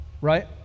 right